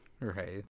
Right